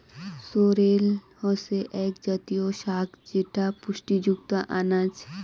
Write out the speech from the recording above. sorrel হসে আক জাতীয় শাক যেটা পুষ্টিযুক্ত আনাজ